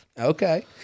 Okay